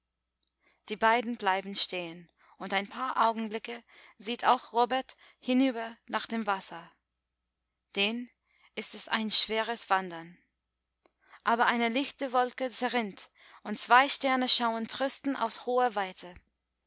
die beiden bleiben stehen und ein paar augenblicke sieht auch robert hinüber nach dem wasser denn es ist ein schweres wandern aber eine lichte wolke zerrinnt und zwei sterne schauen tröstend aus hoher weite